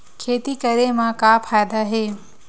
खेती करे म का फ़ायदा हे?